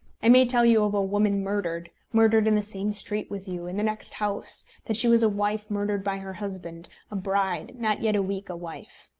i may tell you of a woman murdered murdered in the same street with you, in the next house that she was a wife murdered by her husband a bride not yet a week a wife.